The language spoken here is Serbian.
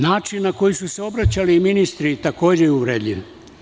Način na koji su se obraćali ministri takođe je uvredljiv.